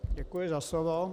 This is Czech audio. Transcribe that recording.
Děkuji za slovo.